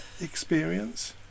experience